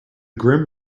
grim